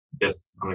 Yes